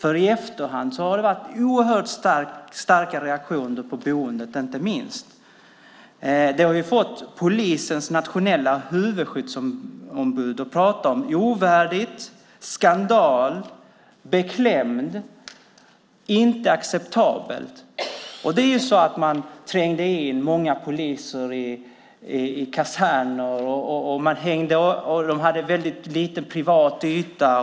I efterhand har det varit oerhört starka reaktioner, inte minst på boendet. Det har fått polisens nationella huvudskyddsombud att prata i termer som ovärdigt, skandal, beklämd och inte acceptabelt. Man trängde in många poliser i kaserner. De hade väldigt lite privat yta.